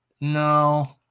no